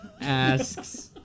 asks